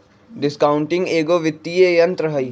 discounting एगो वित्तीय तंत्र हइ